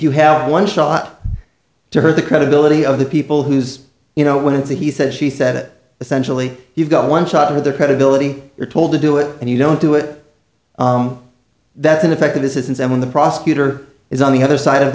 you have one shot to hurt the credibility of the people whose you know when it's a he said she said it essentially you've got one shot with her credibility you're told to do it and you don't do it that ineffective assistance and when the prosecutor is on the other side of